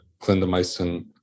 clindamycin